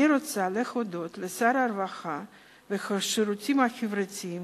אני רוצה להודות לשר הרווחה והשירותים החברתיים